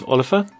Oliver